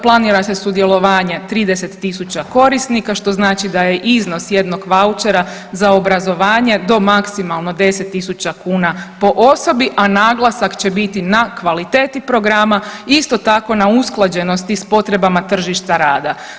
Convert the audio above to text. Planira se sudjelovanje 30 000 korisnika što znači da je iznos jednog vouchera za obrazovanje do maksimalno 10 000 kuna po osobi, a naglasak će biti na kvaliteti programa, isto tako na usklađenosti sa potrebama tržišta rada.